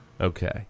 Okay